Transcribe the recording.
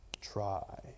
Try